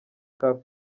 car